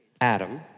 Adam